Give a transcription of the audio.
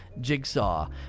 Jigsaw